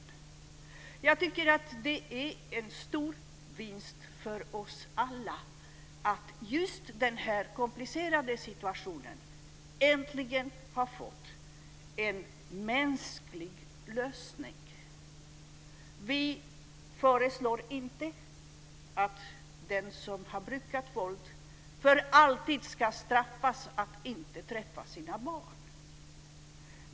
Jag tycker att det är en stor vinst för oss alla att just den här komplicerade situationen äntligen har fått en mänsklig lösning. Vi föreslår inte att den som har brukat våld för alltid ska straffas att inte träffa sina barn.